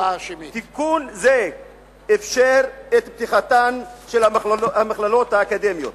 תיקון זה אפשר את פתיחתן של המכללות האקדמיות,